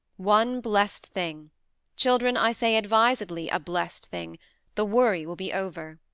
one blessed thing children, i say advisedly, a blessed thing the worry will be over.